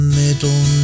middle